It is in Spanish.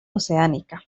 oceánica